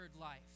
life